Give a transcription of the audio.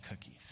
cookies